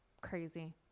Crazy